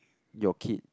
your kid